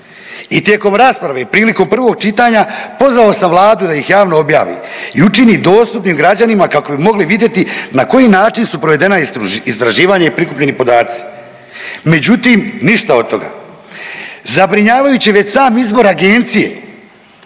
I tijekom rasprave prilikom prvog čitanja pozvao sam Vladu da ih javno objavi i učini dostupnim građanima kako bi mogli vidjeti na koji način su provedena istraživanja i prikupljeni podaci. Međutim, ništa od toga. Zabrinjavajući je već sam izbor agencije